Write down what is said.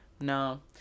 no